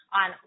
on